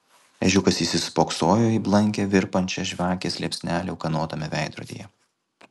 ežiukas įsispoksojo į blankią virpančią žvakės liepsnelę ūkanotame veidrodyje